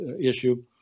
issue